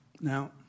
Now